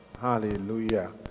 Hallelujah